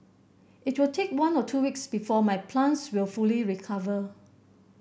it will take one or two weeks before my plants will fully recover